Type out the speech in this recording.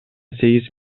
сегиз